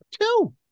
Two